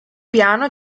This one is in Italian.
piano